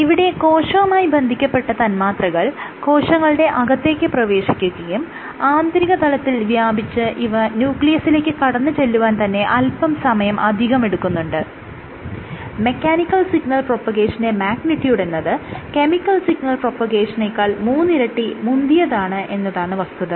ഇവിടെ കോശവുമായി ബന്ധിക്കപ്പെട്ട തന്മാത്രകൾ കോശങ്ങളുടെ അകത്തേക്ക് പ്രവേശിക്കുകയും ആന്തരികതലത്തിൽ വ്യാപിച്ച് ഇവ ന്യൂക്ലിയസിലേക്ക് കടന്നു ചെല്ലുവാൻ തന്നെ അല്പം സമയം അധികമെടുക്കുന്നുണ്ട് മെക്കാനിക്കൽ സിഗ്നൽ പ്രൊപഗേഷന്റെ മാഗ്നിട്യൂഡ് എന്നത് കെമിക്കൽ സിഗ്നൽ പ്രൊപഗേഷനേക്കാളും മൂന്നിരട്ടി മുന്തിയതാണ് എന്നതാണ് വസ്തുത